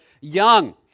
young